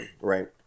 Right